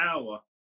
hour